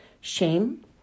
shame